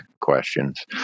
questions